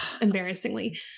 embarrassingly